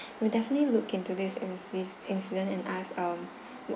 we'll definitely look into this in this incident and ask um